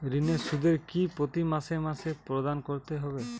ঋণের সুদ কি প্রতি মাসে মাসে প্রদান করতে হবে?